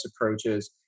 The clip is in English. approaches